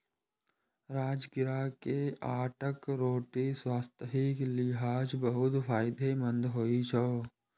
राजगिरा के आटाक रोटी स्वास्थ्यक लिहाज बहुत फायदेमंद होइ छै